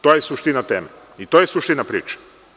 To je suština teme i to je suština priče.